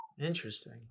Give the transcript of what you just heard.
Interesting